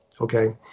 okay